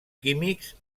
químics